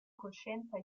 coscienza